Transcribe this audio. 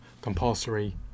compulsory